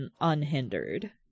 unhindered